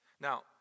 Now